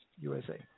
USA